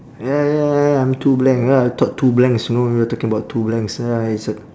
ya ya I'm too blank uh I thought two blanks you know you are talking about two blanks ya it's a